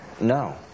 no